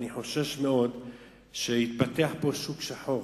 אני חושש מאוד שיתפתח פה שוק שחור,